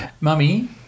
mummy